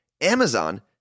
Amazon